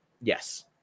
Yes